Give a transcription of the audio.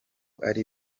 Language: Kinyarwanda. ari